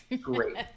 great